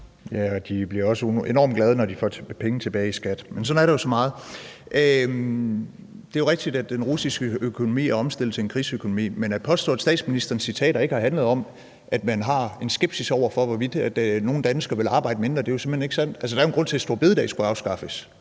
De bliver også enormt glade, når de får penge tilbage i skat – men sådan er der jo så meget. Det er rigtigt, at den russiske økonomi er omstillet til en krigsøkonomi, men at påstå, at statsministerens citater ikke har handlet om, at man har en skepsis over for, hvorvidt nogle danskere vil arbejde mindre, er jo simpelt hen ikke sandt. Der er jo en grund til, at store bededag skulle afskaffes.